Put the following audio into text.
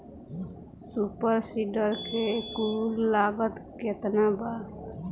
Super seeder के कुल लागत केतना बा?